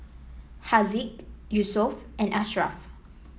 Haziq Yusuf and Ashraff